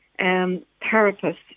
therapists